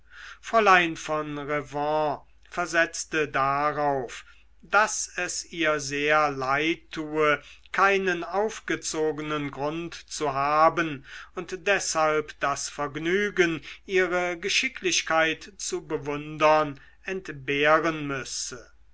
fräulein von revanne versetzte darauf daß es ihr sehr leid tue keinen aufgezogenen grund zu haben und deshalb das vergnügen ihre geschicklichkeit zu bewundern entbehren müsse